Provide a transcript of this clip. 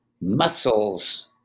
muscles